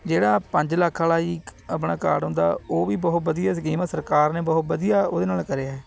ਜਿਹੜਾ ਪੰਜ ਲੱਖ ਵਾਲਾ ਜੀ ਆਪਣਾ ਕਾਰਡ ਹੁੰਦਾ ਉਹ ਵੀ ਬਹੁਤ ਵਧੀਆ ਸਕੀਮ ਆ ਸਰਕਾਰ ਨੇ ਬਹੁਤ ਵਧੀਆ ਉਹਦੇ ਨਾਲ ਕਰਿਆ